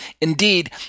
indeed